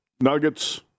Nuggets